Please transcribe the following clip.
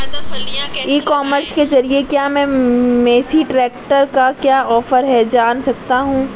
ई commerce के ज़रिए क्या मैं मेसी ट्रैक्टर का क्या ऑफर है जान सकता हूँ?